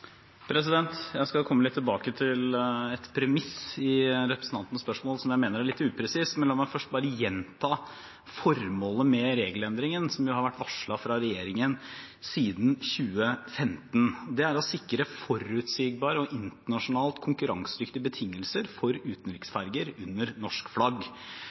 Jeg skal komme litt tilbake til et premiss i representantens spørsmål som jeg mener er litt upresist, men la meg først bare gjenta formålet med regelendringen som har vært varslet fra regjeringen siden 2015. Det er å sikre forutsigbare og internasjonalt konkurransedyktige betingelser for utenriksferger under norsk flagg.